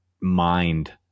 mind